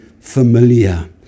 familiar